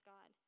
God